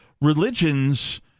religions